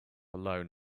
alone